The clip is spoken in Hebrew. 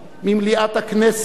ממליאת הכנסת,